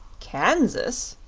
kansas!